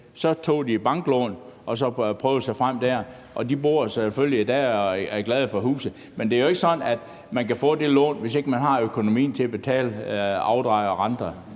De tog så et banklån og prøvede sig frem med det, og de bor der selvfølgelig i dag og er glade for huset. Men det er jo ikke sådan, at man kan få det lån, hvis ikke man har økonomien til at betale afdrag og renter